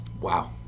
Wow